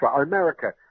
America